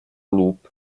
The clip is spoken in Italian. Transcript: loop